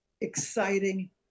exciting